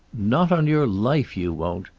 not on your life you won't.